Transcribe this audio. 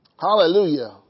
Hallelujah